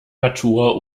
natur